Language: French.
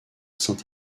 saint